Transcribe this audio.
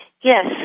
Yes